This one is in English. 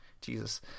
Jesus